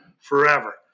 forever